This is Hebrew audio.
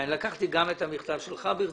אני לקחתי ברצינות את המכתב שלך ואני